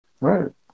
Right